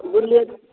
ବୁଲିବାକୁ